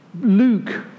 Luke